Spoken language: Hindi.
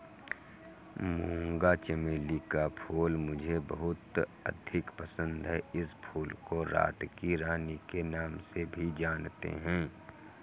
मूंगा चमेली का फूल मुझे बहुत अधिक पसंद है इस फूल को रात की रानी के नाम से भी जानते हैं